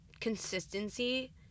consistency